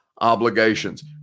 obligations